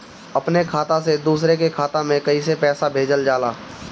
अपने खाता से दूसरे के खाता में कईसे पैसा भेजल जाला?